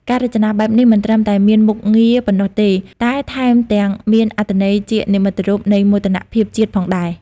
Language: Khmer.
ការរចនាបែបនេះមិនត្រឹមតែមានមុខងារប៉ុណ្ណោះទេ តែថែមទាំងមានអត្ថន័យជានិមិត្តរូបនៃមោទនភាពជាតិផងដែរ។